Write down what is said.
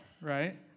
right